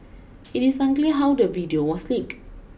it is unclear how the video was leaked